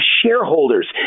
shareholders